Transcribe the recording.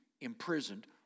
imprisoned